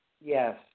Yes